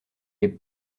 les